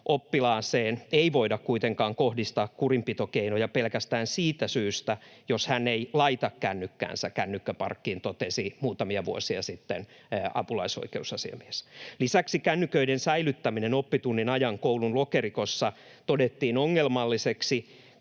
Oppilaaseen ei voida kuitenkaan kohdistaa kurinpitokeinoja pelkästään siitä syystä, jos hän ei laita kännykkäänsä kännykkäparkkiin, totesi muutamia vuosia sitten apulaisoikeusasiamies. Lisäksi kännyköiden säilyttäminen oppitunnin ajan koulun lokerikossa todettiin ongelmalliseksi,